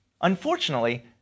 Unfortunately